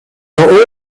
are